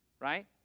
right